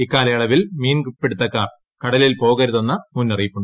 ഇക്കാലയളവിൽ മീൻപിടുത്തക്കാർ കടലിൽ പോകരുതെന്ന് മുന്നറിയിപ്പ്